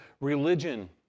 Religion